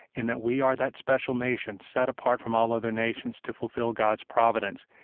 and that we are that special nation set apart from all other nations to fulfill god's providence.